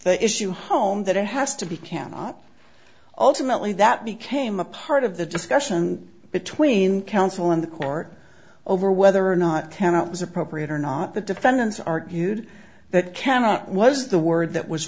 that issue home that it has to be cannot alternately that became a part of the discussion between counsel and the court over whether or not count was appropriate or not the defendants argued that cannot was the word that was